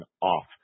off